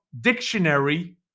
Dictionary